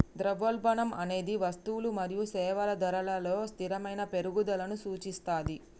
ద్రవ్యోల్బణం అనేది వస్తువులు మరియు సేవల ధరలలో స్థిరమైన పెరుగుదలను సూచిస్తది